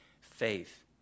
faith